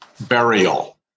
burial